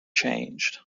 changed